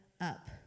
up